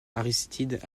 aristide